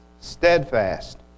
steadfast